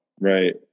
Right